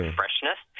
freshness